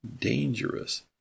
dangerous